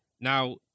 Now